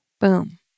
boom